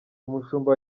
umushumba